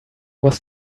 was